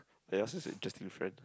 ah ya such a interesting friend